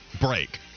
Break